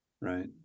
Right